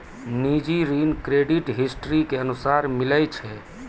निजी ऋण credit history के अनुसार मिलै छै